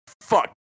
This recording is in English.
fuck